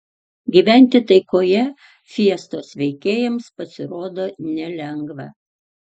gyventi taikoje fiestos veikėjams pasirodo nelengva